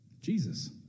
Jesus